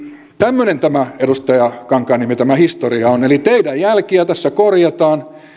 tämmöinen edustaja kankaanniemi tämä historia on eli teidän jälkiänne tässä korjataan